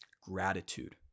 gratitude